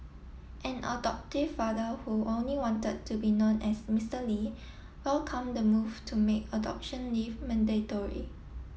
an adoptive father who only wanted to be known as Mister Li welcomed the move to make adoption leave mandatory